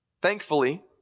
Thankfully